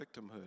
victimhood